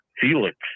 felix